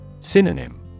Synonym